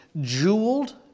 jeweled